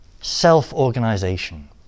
Self-organization